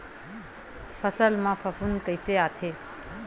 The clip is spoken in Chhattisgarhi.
फसल मा फफूंद कइसे आथे?